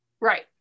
Right